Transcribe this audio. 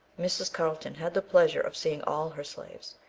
mrs. carlton had the pleasure of seeing all her slaves,